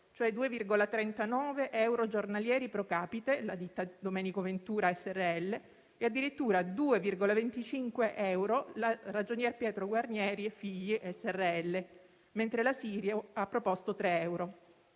cento: 2,39 euro giornalieri *pro capite* la ditta Domenico Ventura srl e addirittura 2,25 euro la ditta Ragionier Pietro Guarnieri-figli srl, mentre la Sirio srl ha proposto 3 euro.